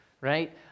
right